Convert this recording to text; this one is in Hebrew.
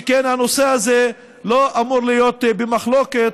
שכן הנושא הזה לא אמור להיות במחלוקת,